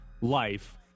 life